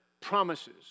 promises